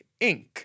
Inc